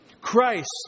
Christ